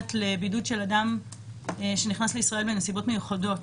שנוגעת לבידוד של אדם שנכנס לישראל בנסיבות מיוחדות,